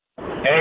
Hey